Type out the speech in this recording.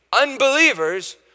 unbelievers